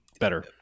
better